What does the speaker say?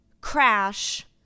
crash